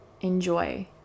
enjoy